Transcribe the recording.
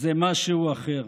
זה משהו אחר.